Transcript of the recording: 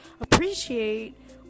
appreciate